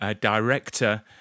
director